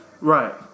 Right